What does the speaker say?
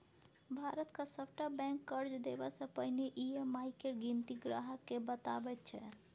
भारतक सभटा बैंक कर्ज देबासँ पहिने ई.एम.आई केर गिनती ग्राहकेँ बताबैत छै